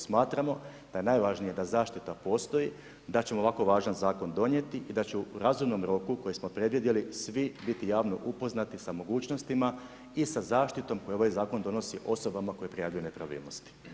Smatramo da je najvažnije da zaštita postoji, da ćemo ovako važan zakon donijeti i da će u razumnom roku, koji smo predvidjeli, svi biti javno upoznati sa mogućnostima i sa zaštitom koju ovaj zakon donosi osobama koje prijavljuju nepravilnosti.